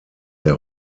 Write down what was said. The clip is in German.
der